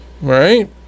right